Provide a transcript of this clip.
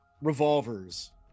revolvers